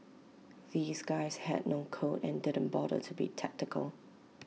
these guys had no code and didn't bother to be tactical